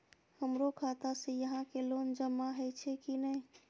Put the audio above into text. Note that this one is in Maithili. हमरो खाता से यहां के लोन जमा हे छे की ने?